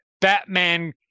Batman